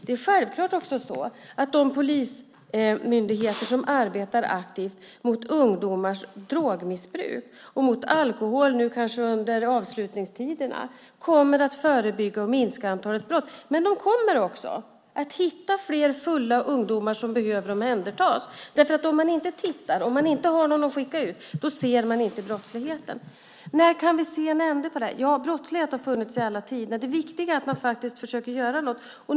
Det är också självklart att de polismyndigheter som arbetar aktivt mot ungdomars drogmissbruk och kanske mot alkohol nu under avslutningstider kommer att förebygga brottslighet och minska antalet brott, men de kommer också att hitta fler fulla ungdomar som behöver omhändertas. Om man inte tittar och om man inte har någon att skicka ut ser man inte brottsligheten. När kan vi se en ände på det här? Ja, brottslighet har funnits i alla tider. Det viktiga är att man faktiskt försöker göra något.